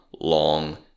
long